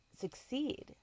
succeed